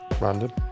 random